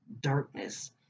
darkness